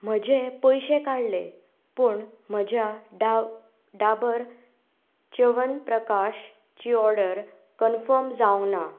म्हजें पयशें काडलें पूण म्हज्या डाव डाबर च्यवन प्राशाची ऑर्डर कन्फर्म जावंक ना